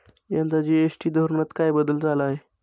यंदा जी.एस.टी धोरणात काय बदल झाला आहे?